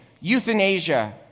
euthanasia